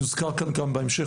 יוזכר כאן גם בהמשך,